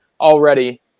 already